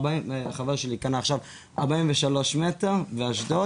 חבר שלי קנה עכשיו 43 מ"ר באשדוד,